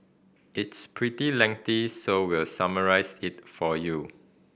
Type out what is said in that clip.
it's pretty so we summarised it for you